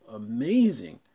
amazing